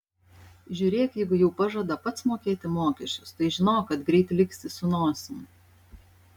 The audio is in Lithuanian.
žiūrėk jeigu jau pažada pats mokėti mokesčius tai žinok kad greit liksi su nosim